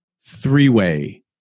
three-way